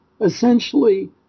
essentially